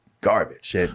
garbage